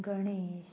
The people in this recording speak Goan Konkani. गणेश